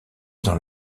dans